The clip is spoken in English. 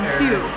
two